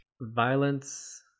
Violence